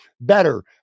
better